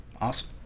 Awesome